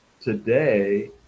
today